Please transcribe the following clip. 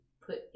put